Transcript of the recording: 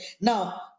Now